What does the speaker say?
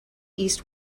east